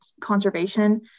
conservation